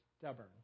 stubborn